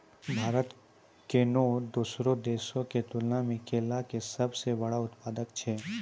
भारत कोनो दोसरो देशो के तुलना मे केला के सभ से बड़का उत्पादक छै